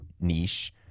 niche